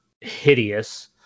hideous